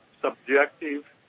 subjective